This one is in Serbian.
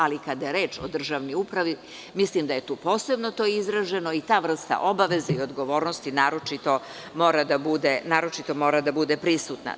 Ali, kada je reč o državnoj upravi, mislim da je tu posebno to izraženo i ta vrsta obaveze i odgovornosti naročito mora da bude prisutna.